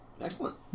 Excellent